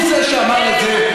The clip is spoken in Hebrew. הוא זה שאמר את זה,